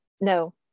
no